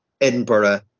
Edinburgh